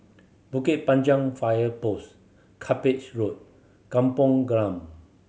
Bukit Panjang Fire Post Cuppage Road Kampung Glam